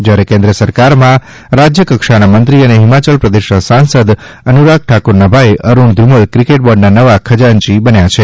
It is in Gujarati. જ્યારે કેન્દ્ર સરકારમાં રાજ્ય કક્ષાના મંત્રી અને હિમાચલ પ્રદેશના સાંસદ શ્રી અનુરાગ ઠાકુરના ભાઇ અરૂણ ધુમલ ક્રિકેટ બોર્ડના નવા ખજાનચી બન્યા છે